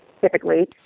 typically